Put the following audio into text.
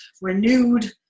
renewed